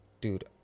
dude